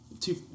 two